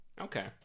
okay